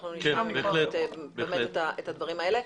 אנחנו נשמע ממנו את הדברים האלה.